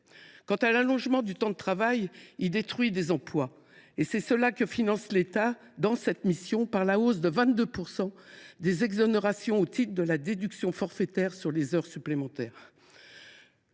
Quant à l’allongement du temps de travail, il détruit des emplois, et c’est cela que finance l’État dans cette mission, par la hausse de 22 % des exonérations au titre de la déduction forfaitaire sur les heures supplémentaires.